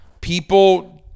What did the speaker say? people –